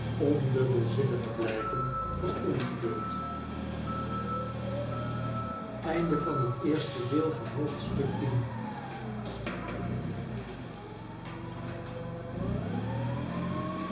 ondubbelzinnige blijken van ongeduld